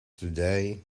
today